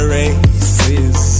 races